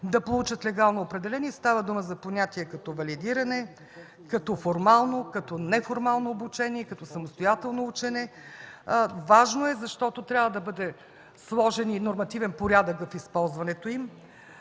да получат легално определение. Става дума за понятия като „валидиране”, като „формално”, като „неформално обучение” и като „самостоятелно учене”. Важно е, защото трябва да бъде сложен и нормативен порядък в използването им.